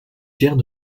guerres